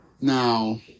Now